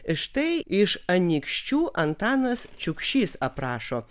ir štai iš anykščių antanas čiukšys aprašo